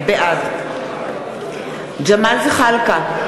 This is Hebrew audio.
בעד ג'מאל זחאלקה,